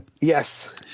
Yes